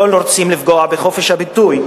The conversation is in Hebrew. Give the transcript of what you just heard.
אני רוצה להודות לוועדה שבמקרה הספציפי הזה,